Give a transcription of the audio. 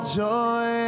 joy